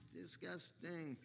disgusting